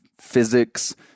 physics